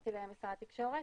שנכנסתי למשרד התקשורת.